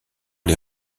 les